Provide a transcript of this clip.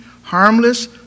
harmless